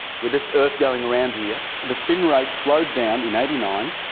with its earth going around here, the spin rate slowed down in eighty nine,